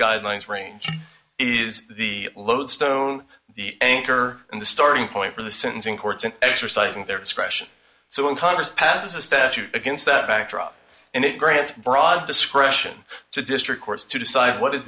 guidelines range is the loadstone the anchor and the starting point for the sentencing courts in exercising their discretion so when congress passes a statute against that backdrop it grants broad discretion to district courts to decide what is